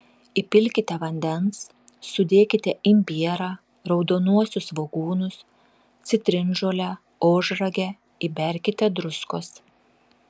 įpilkite vandens sudėkite imbierą raudonuosius svogūnus citrinžolę ožragę įberkite druskos